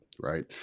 right